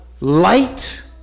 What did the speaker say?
light